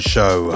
Show